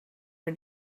her